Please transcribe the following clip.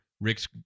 rick's